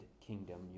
kingdom